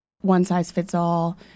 one-size-fits-all